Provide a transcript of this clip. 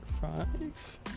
five